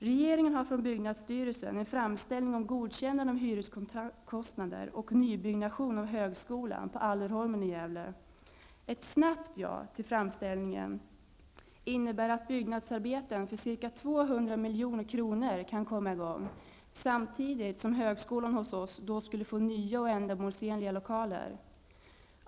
Regeringen har från byggnadsstyrelsen fått en framställan om godkännande av hyreskostnader och nybyggnad av högskolan på Allerholmen i Gävle. Ett snabbt ja till framställningen skulle innebära att byggnadsarbeten för ca 200 milj.kr. kan komma i gång, samtidigt som högskolan hos oss skulle få nya och ändamålsenliga lokaler.